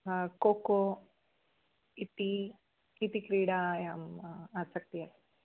cocoa टिटि टिटिक्रीडायां आसक्तिः अस्ति